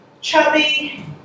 Chubby